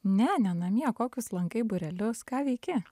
ne ne namie kokius lankai būrelius ką veiki